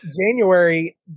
January